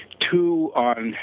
two on